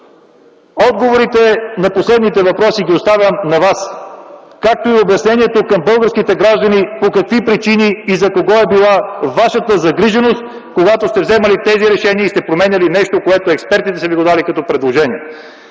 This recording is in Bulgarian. Отговорите на последните въпроси оставям на вас, както и обяснението към българските граждани по какви причини и за кого е била вашата загриженост, когато сте вземали тези решения и сте променяли нещо, което експертите са ви го дали като предложение.